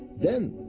then,